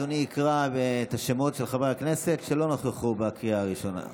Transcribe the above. אדוני יקרא את השמות של חברי הכנסת שלא נכחו בקריאה הראשונה.